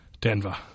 Denver